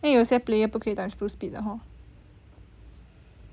then 有些 player 不可以 times two speed 的 hor